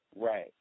Right